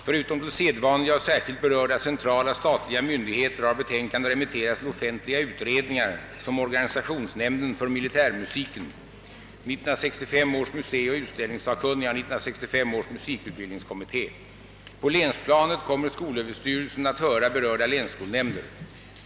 Förutom till sedvanliga och särskilt berörda centrala statliga myndigheter har betänkandet remitterats till offentliga utredningar som organisationsnämnden för militärmusiken, 1965 års museioch utställningssakkunniga och 1965 års musikutbildningskommitté. På :länsplanet kommer skolöverstyrelsen att höra berörda länsskolnämnder.